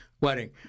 wedding